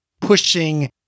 pushing